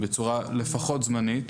בצורה לפחות זמנית,